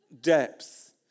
depth